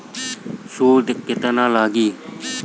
सूद केतना लागी?